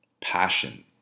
passion